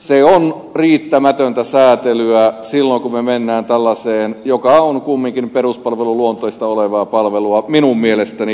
se on riittämätöntä säätelyä silloin kun me menemme tällaiseen joka on kumminkin peruspalvelun luonteista palvelua minun mielestäni